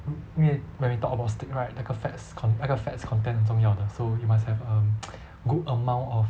因为 when we talk about steak right 那个 fats con~ 那个 fats content 很重要的 so you must have good amount of